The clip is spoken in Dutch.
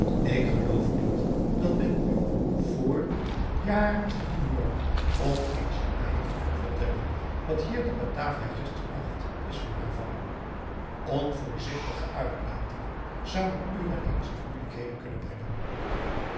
ik geloof niet dat men u vr jaren te nieuw york of in china heeft kunnen vertellen wat hier te batavia gisternacht is voorgevallen onvoorzichtige uitlatingen zouden u wel eens in moeilijkheden kunnen brengen